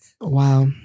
Wow